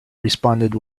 responded